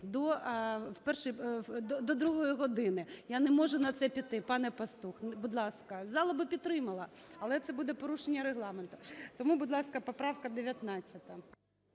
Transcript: до 2 години. Я не можу на це піти. Пане Пастух, будь ласка. Зала би підтримала, але це буде порушення Регламенту. Тому, будь ласка, поправка 19.